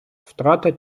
втрата